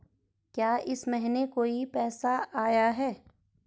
क्या इस महीने कोई पैसा आया है?